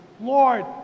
Lord